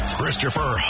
Christopher